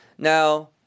Now